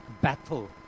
battle